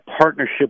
partnership